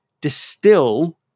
distill